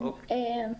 אוקיי.